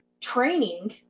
training